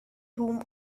room